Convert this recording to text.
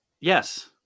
Yes